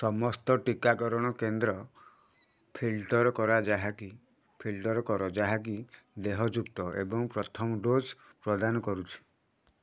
ସମସ୍ତ ଟିକାକରଣ କେନ୍ଦ୍ର ଫିଲ୍ଟର କରା ଯାହାକି ଫିଲ୍ଟର କର ଯାହାକି ଦେହଯୁକ୍ତ ଏବଂ ପ୍ରଥମ ଡୋଜ୍ ପ୍ରଦାନ କରୁଛି